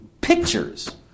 pictures